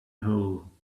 hole